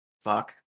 Fuck